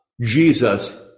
Jesus